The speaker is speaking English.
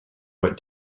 what